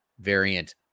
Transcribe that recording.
variant